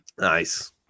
nice